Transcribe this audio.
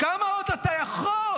כמה עוד אתה יכול?